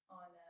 on